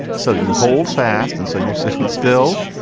so you hold fast and so you're sitting still.